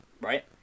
right